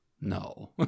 no